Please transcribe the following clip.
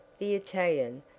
the italian,